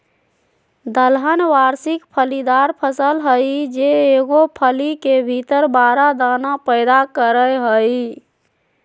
दलहन वार्षिक फलीदार फसल हइ जे एगो फली के भीतर बारह दाना पैदा करेय हइ